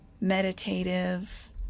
meditative